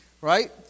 Right